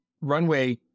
Runway